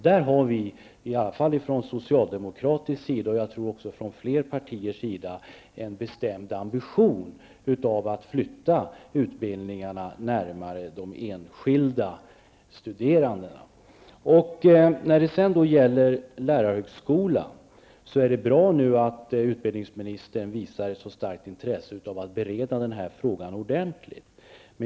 Där har vi från socialdemokratisk sida, och jag tror även från flera andra partiers sida, en bestämd ambition att flytta utbildningarna närmare de enskilda studenterna. När det gäller lärarhögskolan är det bra att utbildningsministern visar ett så starkt intresse av att bereda frågan ordentligt.